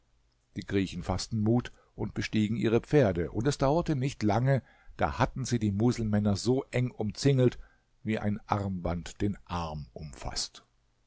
die griechen faßten mut und bestiegen ihre pferde und es dauerte nicht lange da hatten sie die muselmänner so eng umzingelt wie ein armband den arm umfaßt